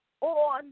on